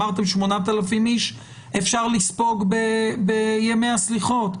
אמרתם 8,000 איש אפשר לספוג בימי הסליחות,